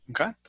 okay